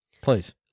Please